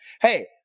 Hey